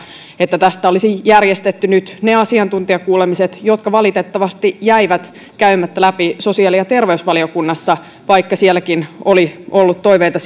että tästä olisi järjestetty nyt ne asiantuntijakuulemiset jotka valitettavasti jäivät käymättä läpi sosiaali ja terveysvaliokunnassa vaikka sielläkin oli ollut toiveita